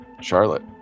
Charlotte